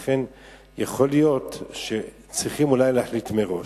לכן יכול להיות שצריכים אולי להחליט מראש: